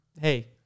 hey